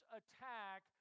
attack